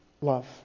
love